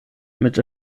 mit